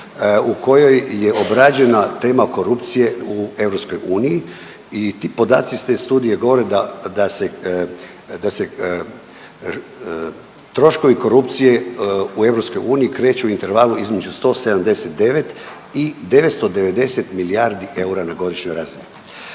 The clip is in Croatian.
u kojoj je obrađena tema korupcije u EU i ti podaci iz te studije govore da se, da se troškovi korupcije u EU kreću u intervalu između 179 i 990 milijardi eura na godišnjoj razini.